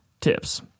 tips